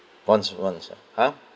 once once ah ah